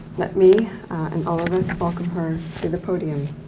let me and all of us welcome her to the podium.